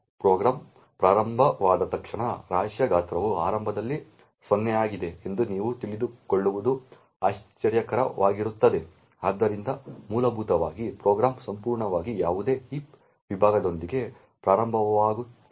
program ಪ್ರಾರಂಭವಾದ ತಕ್ಷಣ ರಾಶಿಯ ಗಾತ್ರವು ಆರಂಭದಲ್ಲಿ 0 ಆಗಿದೆ ಎಂದು ನೀವು ತಿಳಿದುಕೊಳ್ಳುವುದು ಆಶ್ಚರ್ಯಕರವಾಗಿರುತ್ತದೆ ಆದ್ದರಿಂದ ಮೂಲಭೂತವಾಗಿ ಪ್ರೋಗ್ರಾಂ ಸಂಪೂರ್ಣವಾಗಿ ಯಾವುದೇ ಹೀಪ್ ವಿಭಾಗದೊಂದಿಗೆ ಪ್ರಾರಂಭವಾಗುತ್ತದೆ